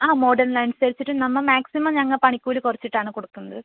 ആ മോഡൽനനുസരിച്ചിട്ട് നമ്മൾ മാക്സിമം ഞങ്ങൾ പണിക്കൂലി കുറച്ചിട്ടാണ് കൊടുക്കുന്നത്